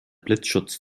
blitzschutz